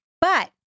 But-